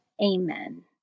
Amen